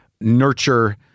nurture